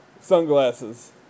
Sunglasses